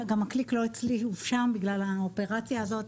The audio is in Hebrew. גם הקליק לא אצלי, שם, בגלל האופרציה הזאת.